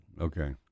Okay